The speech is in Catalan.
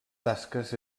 tasques